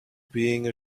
being